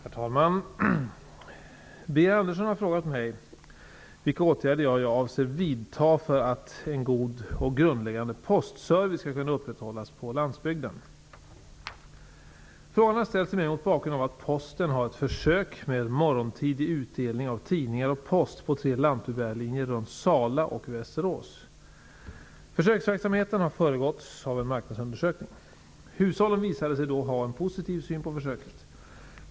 Herr talman! Birger Andersson har frågat mig vilka åtgärder jag avser att vidta för att en god och grundläggande postservice skall kunna upprätthållas på landsbygden. Frågan har ställts till mig mot bakgrund av att Sala och Västerås. Försöksverksamheten har föregåtts av en marknadsundersökning. Hushållen visade sig då ha en positiv syn på försöket.